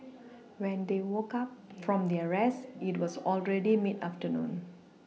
when they woke up from their rest it was already mid afternoon